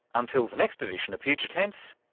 until the next edition of future tense,